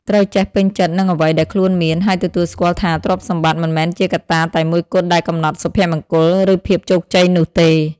ត្រូវចេះពេញចិត្តនឹងអ្វីដែលខ្លួនមាន ហើយទទួលស្គាល់ថាទ្រព្យសម្បត្តិមិនមែនជាកត្តាតែមួយគត់ដែលកំណត់សុភមង្គល ឬភាពជោគជ័យនោះទេ។